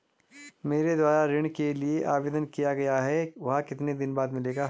मेरे द्वारा ऋण के लिए आवेदन किया गया है वह कितने दिन बाद मिलेगा?